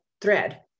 thread